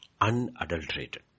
unadulterated